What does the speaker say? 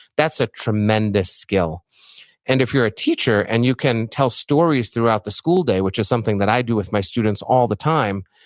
that's a tremendous skill and if you're a teacher and you can tell stories throughout the school day, which is something that i do with my students all the time,